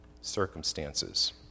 circumstances